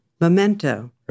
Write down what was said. Memento